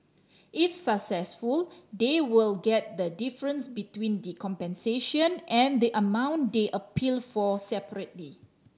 if successful they will get the difference between the compensation and the amount they appealed for separately